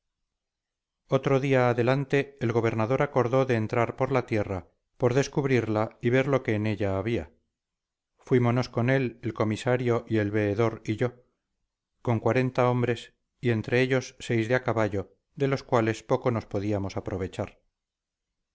otro día adelante el gobernador acordó de entrar por la tierra por descubrirla y ver lo que en ella había fuímonos con él el comisario y el veedor y yo con cuarenta hombres y entre ellos seis de caballo de los cuales poco nos podíamos aprovechar